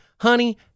honey